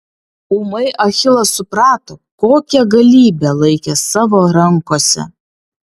ūmai achilas suprato kokią galybę laikė savo rankose